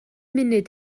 munud